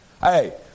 Hey